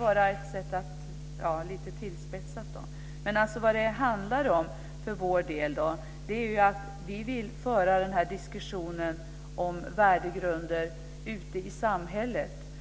för att spetsa till det lite. Men vad det handlar om för vår del är att vi vill föra diskussionen om värdegrunder ute i samhället.